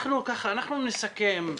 אנחנו נסכם.